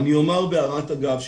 אני אומר בהערת אגב,